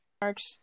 Marks